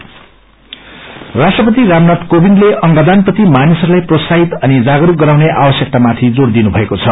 अंगदान राष्ट्रपति रामनाथ कोविन्दले अंगदान प्रति मानिसहरूलाई प्रोत्साहित अनि जागरूक गराउने आवश्यकमाथि जोर दिनुभएको छ